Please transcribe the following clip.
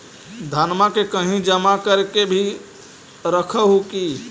धनमा के कहिं जमा कर के भी रख हू की?